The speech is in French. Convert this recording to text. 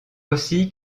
aussi